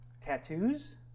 Tattoos